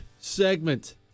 segment